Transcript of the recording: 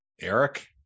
Eric